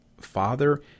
father